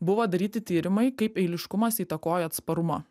buvo daryti tyrimai kaip eiliškumas įtakoja atsparumą